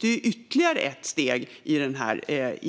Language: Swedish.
Det är ytterligare ett steg när det